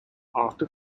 after